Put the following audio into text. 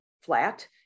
flat